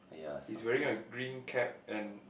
he's wearing a green cap and